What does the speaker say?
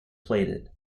plated